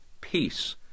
peace